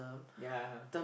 ya